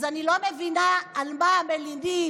אז אני לא מבינה על מלינים.